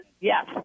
yes